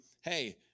hey